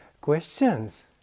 questions